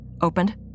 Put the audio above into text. opened